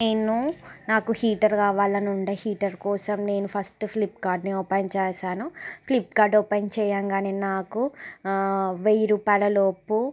నేను నాకు హీటర్ కావాలని ఉండే హీటర్ కోసం నేను ఫస్ట్ ఫ్లిప్కార్ట్ని ఓపెన్ చేసాను ఫ్లిప్కార్ట్ ఓపెన్ చెయ్యగానే నాకు వెయ్యి రూపాయలలోపు